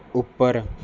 ਉੱਪਰ